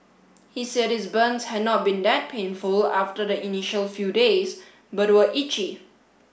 he said his burns had not been that painful after the initial few days but were itchy